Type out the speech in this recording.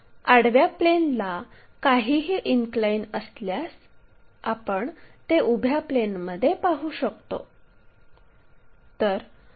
आडव्या प्लेनला काहीही इनक्लाइन असल्यास आपण ते उभ्या प्लेनमध्ये पाहू शकतो